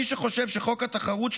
מי שחושב שחוק התחרות,